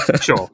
Sure